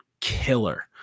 killer